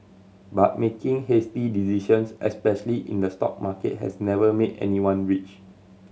but making hasty decisions especially in the stock market has never made anyone rich